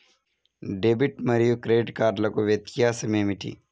Debit మరియు credit కార్డ్లకు వ్యత్యాసమేమిటీ?